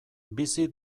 bizi